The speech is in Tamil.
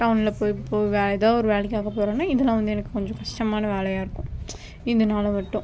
டவுனில் போய் இப்போ வேற எதாவது ஒரு வேலைக்காக போகிறோன்னா இதெல்லாம் வந்து எனக்கு கொஞ்சம் கஷ்டமான வேலையாயிருக்கும் இதனால மட்டும்